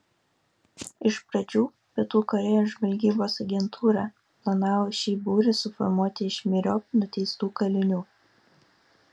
iš pradžių pietų korėjos žvalgybos agentūra planavo šį būrį suformuoti iš myriop nuteistų kalinių